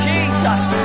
Jesus